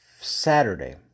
Saturday